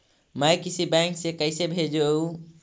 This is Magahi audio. मैं किसी बैंक से कैसे भेजेऊ